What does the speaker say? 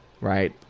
right